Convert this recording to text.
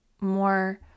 more